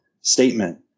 statement